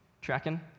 Tracking